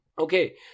Okay